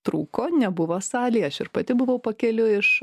trūko nebuvo salėj aš ir pati buvau pakeliui iš